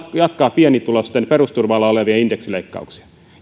jatkaa pienituloisten perusturvalla olevien indeksileikkauksia